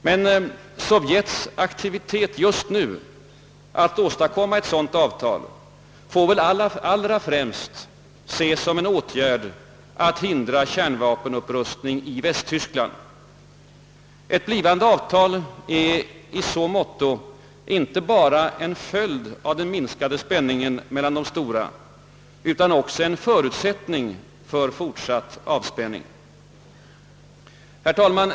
Men Sovjets aktivitet just nu att åstadkomma ett sådant avtal får väl allra främst ses som en åtgärd att hindra kärnvapenupprustning i Västtyskland. Ett blivande avtal är i så måtto icke endast en följd av den minskade spänningen mellan de stora, utan också en förutsättning för fortsatt avspänning. Herr talman!